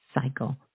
cycle